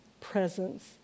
presence